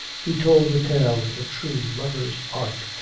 he told the tale with a true lover's art,